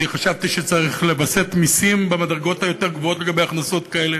אני חשבתי שצריך לווסת מסים במדרגות היותר-גבוהות לגבי הכנסות כאלה,